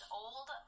old